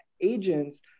agents